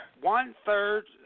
One-third